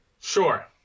sure